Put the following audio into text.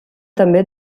també